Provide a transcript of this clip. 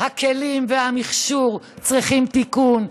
הכלים והמכשור צריכים תיקון,